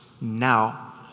now